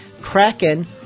Kraken